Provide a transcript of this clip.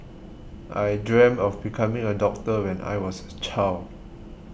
I dreamt of becoming a doctor when I was a child